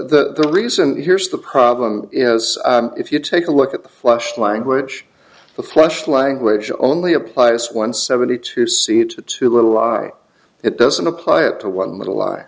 the reason here's the problem is if you take a look at the flush language the flush language only applies one seventy two seats to little it doesn't apply it to one little lie